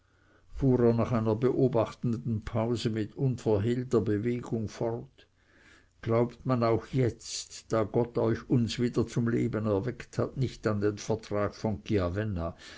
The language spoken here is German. nach einer beobachtenden pause mit unverhehlter bewegung fort glaubt man auch jetzt da gott euch uns wieder zum leben erweckt hat nicht an den vertrag von